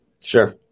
Sure